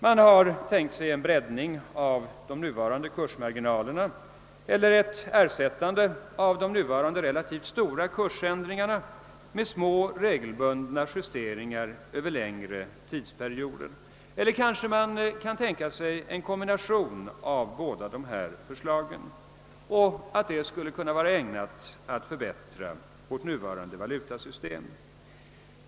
Man har tänkt sig en breddning av de nuvarande kursmarginalerna eller ett ersättande av de nuvarande relativt stora kursändringarna med små regelbundna justeringar över längre tidsperioder — kanske kan en kombination av båda dessa förslag tänkas — allt i syfte att förbättra vårt nuvarande valutasystem.